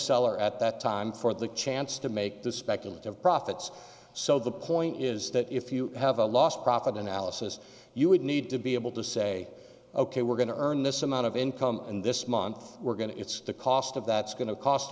seller at that time for the chance to make the speculative profits so the point is that if you have a lost profit analysis you would need to be able to say ok we're going to earn this amount of income and this month we're going to it's the cost of that's going to cost